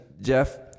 Jeff